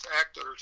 actors